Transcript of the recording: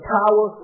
power